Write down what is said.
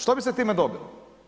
Što bi se time dobilo?